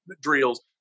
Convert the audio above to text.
drills